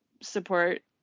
support